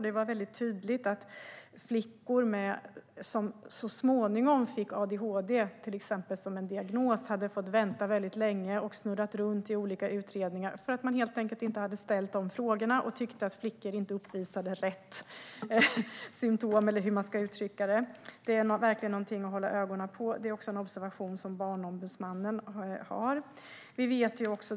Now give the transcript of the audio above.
Det var tydligt att flickor som så småningom fått till exempel adhd-diagnos hade fått vänta länge och snurrat runt i olika utredningar, eftersom man helt enkelt inte hade ställt de frågorna och tyckte att flickor inte uppvisade "rätt" symtom. Det är verkligen någonting att hålla ögonen på. Det är en observation som Barnombudsmannen också har gjort.